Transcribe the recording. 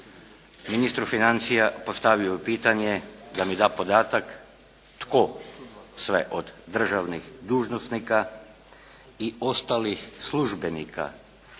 ministru financija postavio pitanje da mi da podatak tko sve od državnih dužnosnika i ostalih službenika